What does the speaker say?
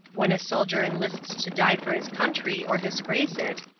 when a soldier enlists to die for his country or disgrace it,